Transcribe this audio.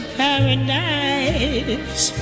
paradise